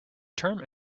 term